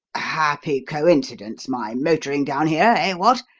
happy coincidence my motoring down here ah, what?